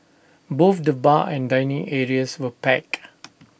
both the bar and dining areas were packed